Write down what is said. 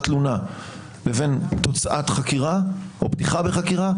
תלונה לבין תוצאת חקירה או פתיחה בחקירה,